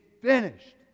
finished